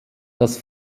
das